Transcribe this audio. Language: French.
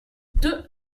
deux